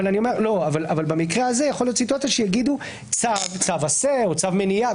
אבל במקרה הזה יכולה להיות סיטואציה שיגידו צו עשה או צו מניעה.